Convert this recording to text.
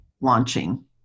launching